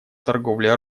торговле